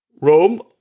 Rome